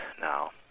now